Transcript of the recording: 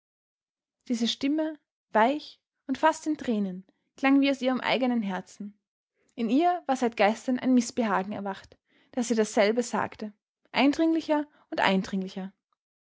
diese stimme weich und fast in tränen klang wie aus ihrem eigenen herzen in ihr war seit gestern ein mißbehagen erwacht das ihr dasselbe sagte eindringlicher und eindringlicher